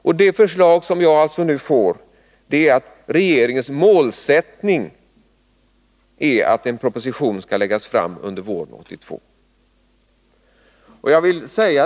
Och det svar jag här får är alltså att regeringens målsättning är att en proposition skall läggas fram under våren 1982.